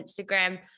Instagram